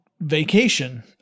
Vacation